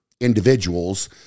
individuals